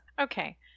Okay